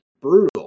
brutal